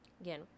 Again